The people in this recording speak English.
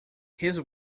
his